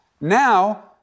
Now